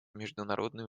международные